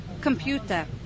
computer